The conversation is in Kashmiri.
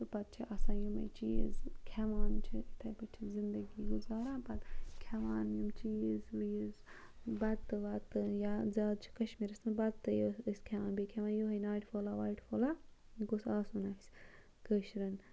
تہٕ پَتہٕ چھِ آسان یِمَے چیٖز کھٮ۪وان چھِ تِتھَے پٲٹھۍ زندگی گُزاران پَتہٕ کھٮ۪وان یِم چیٖز ویٖز بَتہٕ وَتہٕ یا زیادٕ چھِ کشمیٖرَس منٛز بَتَے یوت أسۍ کھٮ۪وان بیٚیہِ کھٮ۪وان یوٚہَے ناٹہِ پھوٚلا واٹہِ پھوٚلا یہِ گوٚژھ آسُن اَسہِ کٲشرٮ۪ن